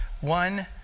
One